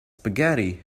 spaghetti